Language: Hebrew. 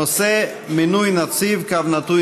הנושא: מינוי נציב/ה,